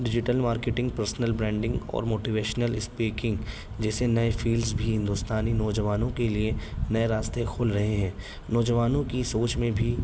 digital marketing personal branding اور motivational speaking جیسے نئے فیلڈس بھی ہندوستانی نوجوانوں کے لیے نئے راستے کھول رہے ہیں نوجوانوں کی سوچ میں بھی